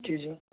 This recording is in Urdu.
جی جی